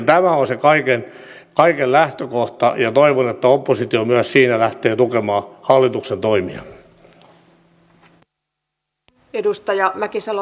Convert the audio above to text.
tämä on se kaiken lähtökohta ja toivon että oppositio myös siinä lähtee tukemaan hallituksen toimia